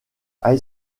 high